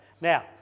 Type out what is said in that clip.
Now